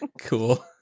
Cool